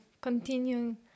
continuing